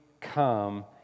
come